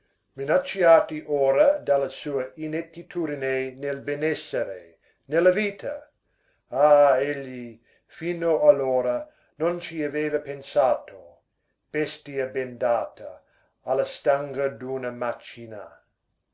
minacciati ora dalla sua inettitudine nel benessere nella vita ah egli fino allora non ci aveva pensato bestia bendata alla stanga d'una macina